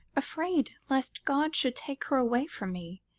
afraid lest god should take her away from me.